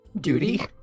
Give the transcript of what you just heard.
Duty